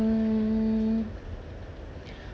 mm